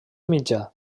mitjà